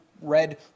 red